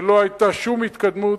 ולא היתה שום התקדמות,